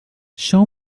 show